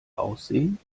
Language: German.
aussehen